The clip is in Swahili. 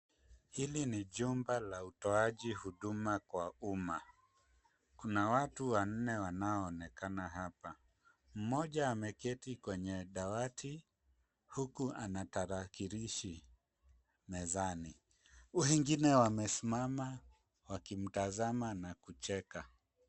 Hili ni jumba la utoaji huduma kwa umma. Kuna watu wanne wanaonenakana hapa. Mmoja ameketi kwenye dawati huku ana tarakilishi mezani. Wengine wamesimama wakimtazama na kucheka.